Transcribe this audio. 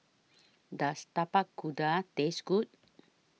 Does Tapak Kuda Taste Good